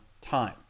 time